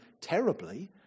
terribly